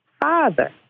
Father